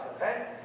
okay